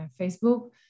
facebook